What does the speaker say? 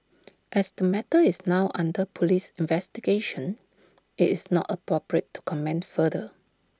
as the matter is now under Police investigation IT is not appropriate to comment further